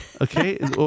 okay